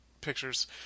pictures